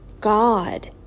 God